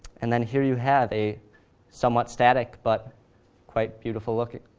and then here you have a somewhat-static but quite beautiful-looking